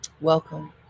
Welcome